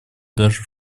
даже